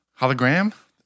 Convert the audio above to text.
hologram